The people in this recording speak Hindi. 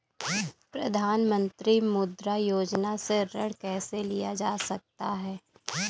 प्रधानमंत्री मुद्रा योजना से ऋण कैसे लिया जा सकता है?